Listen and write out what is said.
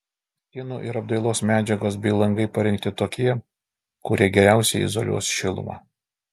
sienų ir apdailos medžiagos bei langai parinkti tokie kurie geriausiai izoliuos šilumą